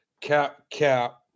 cap-cap